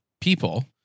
people